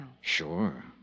Sure